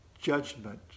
judgment